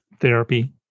therapy